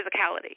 physicality